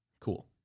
Cool